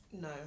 No